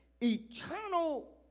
Eternal